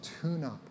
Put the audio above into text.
tune-up